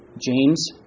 James